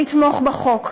לתמוך בחוק.